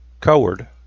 Coward